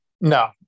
No